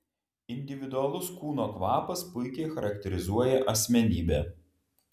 individualus kūno kvapas puikiai charakterizuoja asmenybę